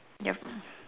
yup